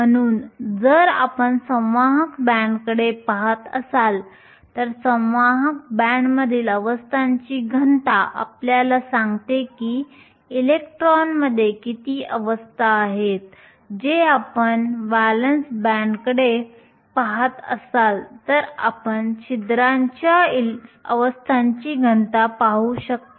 म्हणून जर आपण संवाहक बँडकडे पहात असाल तर संवाहक बँडमधील अवस्थांची घनता आपल्याला सांगते की इलेक्ट्रॉनमध्ये किती अवस्था आहेत जे आपण व्हॅलेन्स बँडकडे पहात असाल तर आपण छिद्रांच्या अवस्थांची घनता पाहू शकता